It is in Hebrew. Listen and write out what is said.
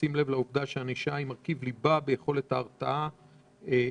בשים לב לעובדה שענישה היא מרכיב ליבה ביכולת ההרתעה האפקטיבית.